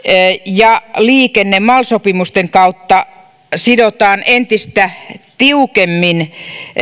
ja liikenne mal sopimusten kautta sidotaan entistä tiukemmin